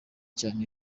cyane